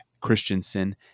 Christensen